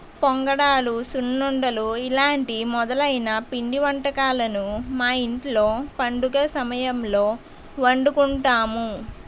పొంగనాలు సున్నుండలు ఇలాంటి మొదలైన పిండి వంటకాలను మా ఇంట్లో పండుగ సమయంలో వండుకుంటాము